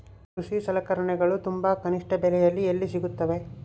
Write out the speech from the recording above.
ಕೃಷಿ ಸಲಕರಣಿಗಳು ತುಂಬಾ ಕನಿಷ್ಠ ಬೆಲೆಯಲ್ಲಿ ಎಲ್ಲಿ ಸಿಗುತ್ತವೆ?